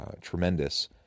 tremendous